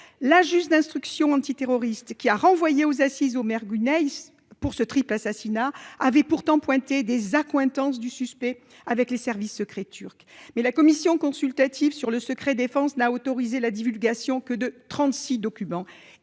La juge d'instruction antiterroriste qui a renvoyé aux assises Omer Güney pour ce triple assassinat avait pourtant pointé des accointances du suspect avec les services secrets turcs mais la commission consultative sur le secret défense n'a autorisé la divulgation que de 36. Document